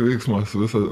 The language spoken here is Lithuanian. veiksmas visa